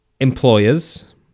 employers